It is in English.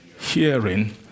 Hearing